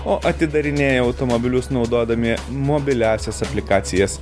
o atidarinėja automobilius naudodami mobiliąsias aplikacijas